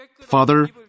Father